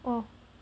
oh